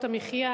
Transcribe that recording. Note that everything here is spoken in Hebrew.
המחיה,